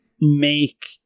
make